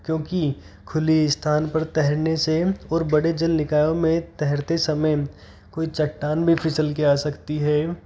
क्योंकि खुले स्थान पर तैरने से और बड़े जल निकायों में तैरते समय कोई चट्टान भी फिसल के आ सकती है